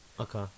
Okay